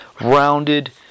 Rounded